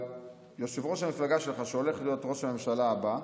יושב-ראש המפלגה שלך, שהולך להיות ראש הממשלה הבא,